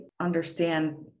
understand